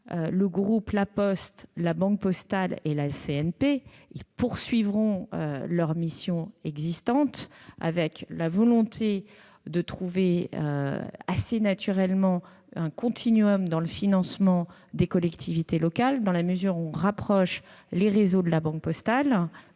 le groupe La Poste, la Banque postale et la CNP, poursuivront leurs missions existantes, avec la volonté de trouver assez naturellement un dans le financement des collectivités locales. On rapproche les réseaux de La Banque postale,